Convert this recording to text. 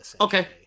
Okay